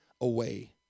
away